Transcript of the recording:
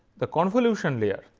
the convolution layer,